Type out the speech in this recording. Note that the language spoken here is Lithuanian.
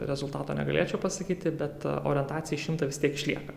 rezultato negalėčiau pasakyti bet orientacija į šimtą vis tiek išlieka